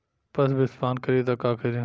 पशु विषपान करी त का करी?